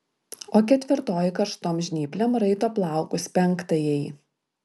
o ketvirtoji karštom žnyplėm raito plaukus penktajai